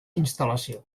instal·lació